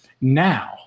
Now